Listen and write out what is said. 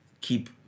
keep